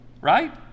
Right